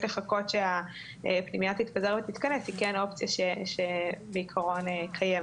לחכות שהפנימייה תתפזר ותתכנס היא כן אופציה שהיא קיימת,